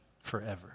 forever